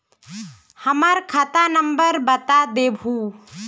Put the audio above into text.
हमर खाता नंबर बता देहु?